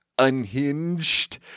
unhinged